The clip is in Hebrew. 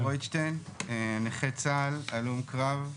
שמי גל רויטשטיין, נכה צה"ל, הלום קרב.